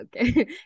okay